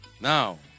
now